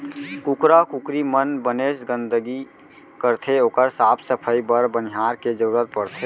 कुकरा कुकरी मन बनेच गंदगी करथे ओकर साफ सफई बर बनिहार के जरूरत परथे